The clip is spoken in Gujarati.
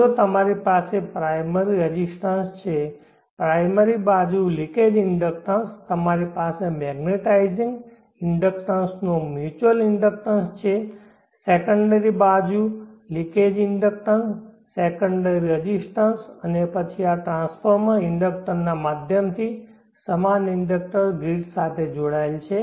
જો તમારી પાસે પ્રાઈમરી રેઝિસ્ટન્સ છે પ્રાઈમરી બાજુ લિકેજ ઇન્ડક્ટન્સ તમારી પાસે મેગ્નેટાઇઝિંગ ઇન્ડક્ટન્સનો મ્યુચુઅલ ઇન્ડક્ટન્સ છે સેકન્ડરી બાજુ લિકેજ ઇન્ડક્ટન્સ સેકન્ડરી રેઝિસ્ટન્સ અને પછી આ ટ્રાન્સફોર્મર ઇન્ડક્ટરના માધ્યમથી સમાન ઇન્ડક્ટર ગ્રિડ સાથે જોડાયેલ છે